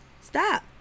Stop